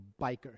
bikers